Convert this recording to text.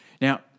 Now